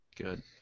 Good